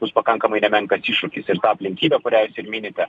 bus pakankamai nemenkas iššūkis ir ta aplinkybė kurią jūs ir minite